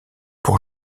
pour